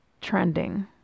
trending